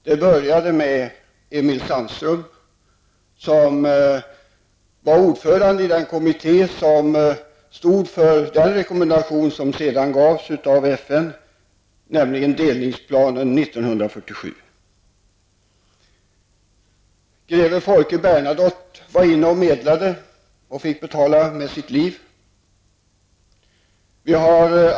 Det började med Emil Sandström, som var ordförande i den kommitté som föreslog den rekommendation som sedan gavs av FN, nämligen delningsplanen från år 1947. Greve Folke Bernadotte medlade i frågan och fick betala med sitt liv.